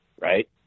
right